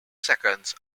seconds